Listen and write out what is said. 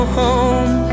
home